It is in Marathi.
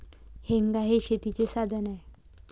हेंगा हे शेतीचे साधन आहे